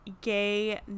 Gay